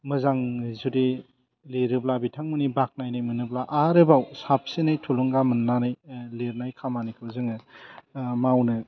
मोजां जुदि लिरोब्ला बिथांमोननि बाख्नायनाय मोनोब्ला आरोबाव साबसिनै थुलुंगा मोन्नानै लिरनाय खामानिखौ जोङो मावनो